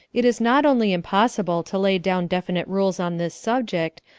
it is not only impossible to lay down definite rules on this subject,